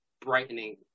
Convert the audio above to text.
brightening